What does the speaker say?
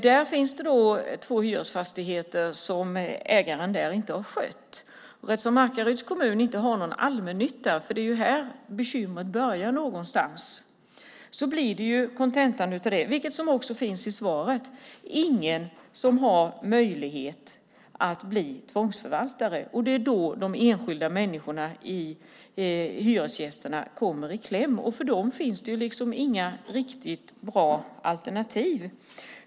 Där finns två hyresfastigheter som ägaren inte har skött, och eftersom Markaryds kommun inte har någon allmännytta - för det är här någonstans bekymret börjar - blir kontentan av detta, vilket också finns med i svaret, att det inte finns någon som har möjlighet att bli tvångsförvaltare. Och det är då de enskilda människorna, hyresgästerna, kommer i kläm. För dem finns liksom inga riktigt bra alternativ.